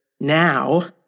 now